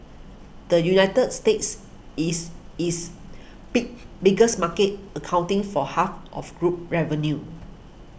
the United States is its big biggest market accounting for half of group revenue